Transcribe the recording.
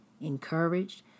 encouraged